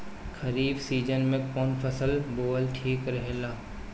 खरीफ़ season में कौन फसल बोअल ठिक रहेला ह?